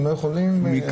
הם לא יכולים להיכנס.